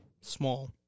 Small